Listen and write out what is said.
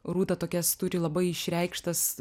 rūta tokias turi labai išreikštas